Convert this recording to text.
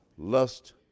Lust